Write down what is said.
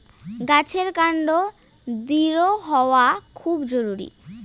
গাছের কান্ড দৃঢ় হওয়া খুব জরুরি